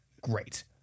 great